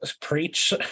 preach